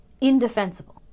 indefensible